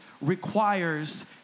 requires